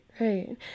right